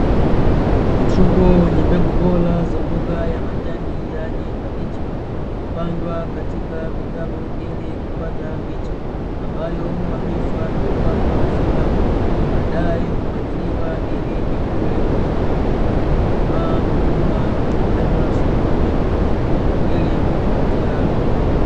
Mfuko wenye mbegu bora za mboga ya majani yani kabichi, hupandwa katika vitalu ili kupata miche, ambayo huamishwa na kupandwa shambani, baadae humwagiliwa ili ikue vizuri, ikikomaa huvunwa na kupelekwa sokoni kuuzwa ili kujipatia kipato.